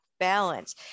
balance